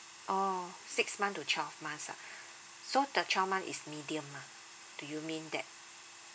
oh six month to twelve months ah so the twelve month is medium ah do you mean that